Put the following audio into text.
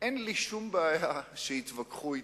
אין לי שום בעיה שיתווכחו אתי,